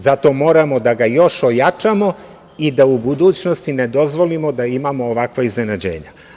Zato moramo da ga još ojačamo i da u budućnosti ne dozvolimo da imamo ovakva iznenađenja.